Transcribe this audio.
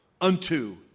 unto